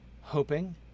hoping